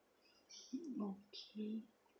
okay